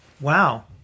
Wow